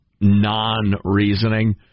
non-reasoning